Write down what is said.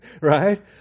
right